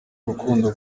urukundo